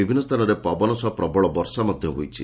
ବିଭିନ୍ନ ସ୍ସାନରେ ପବନ ସହ ପ୍ରବଳ ବର୍ଷା ମଧ୍ଧ ହୋଇଛି